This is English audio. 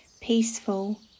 peaceful